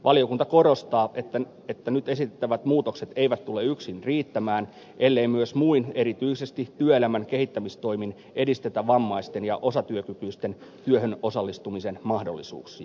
valiokunta korostaa että nyt esitettävät muutokset eivät tule yksin riittämään ellei myös muin toimin erityisesti työelämän kehittämistoimin edistetä vammaisten ja osatyökykyisten työhön osallistumisen mahdollisuuksia